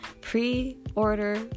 pre-order